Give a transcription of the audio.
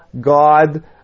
God